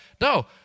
No